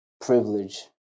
privilege